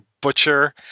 butcher